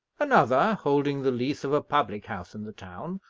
another, holding the lease of a public-house in the town,